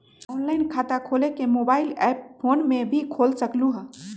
Online खाता खोले के मोबाइल ऐप फोन में भी खोल सकलहु ह?